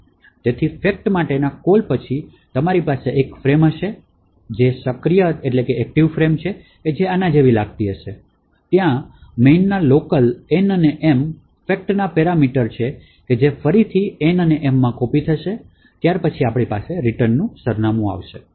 તેથી fact માટેના call પછી તમારી પાસે એક ફ્રેમ હશે એક સક્રિય ફ્રેમ જે આના જેવી લાગે છે ત્યાં main ના લોકલ N અને M fact ના પેરામીટર છે કે જે ફરી N અને M માં કોપી થશે ત્યાર પછી આપડી પાસે રિટર્નનું સરનામું છે